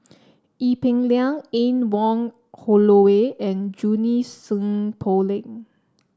Ee Peng Liang Anne Wong Holloway and Junie Sng Poh Leng